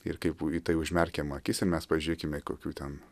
ir kaip į tai užmerkiam akis ir mes pažiūrėkime kokių ten